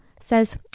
says